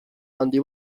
handi